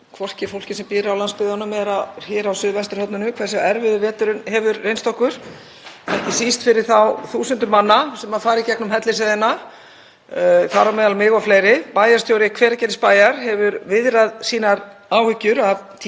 þar á meðal mig og fleiri. Bæjarstjóri Hveragerðisbæjar hefur viðrað áhyggjur sínar af tíðum og löngum lokunum vegarins og bent á afleiðingar þeirra fyrir sveitarfélagið, íbúa þess og fyrirtæki. Í febrúarmánuði var t.d. lokað lengur en allan veturinn þar á undan.